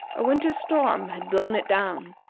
a winter storm had blown it down,